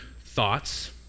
thoughts